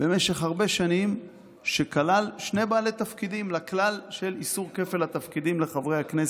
במשך הרבה שנים לכלל של איסור כפל התפקידים לחברי הכנסת,